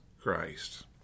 Christ